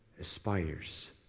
aspires